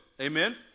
Amen